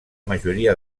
majoria